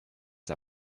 der